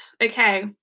Okay